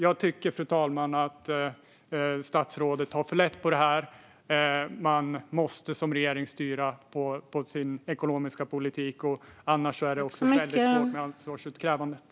Jag tycker att statsrådet tar för lätt på detta. Man måste som regering styra på sin ekonomiska politik. Annars blir det också mycket svårt med ansvarsutkrävandet.